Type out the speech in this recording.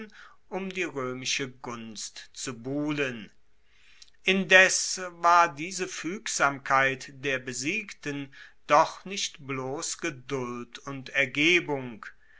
um die roemische gunst zu buhlen indes war diese fuegsamkeit der besiegten doch nicht bloss geduld und ergebung